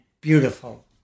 beautiful